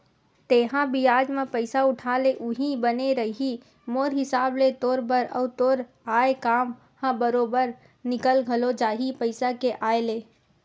तेंहा बियाज म पइसा उठा ले उहीं बने रइही मोर हिसाब ले तोर बर, अउ तोर आय काम ह बरोबर निकल घलो जाही पइसा के आय ले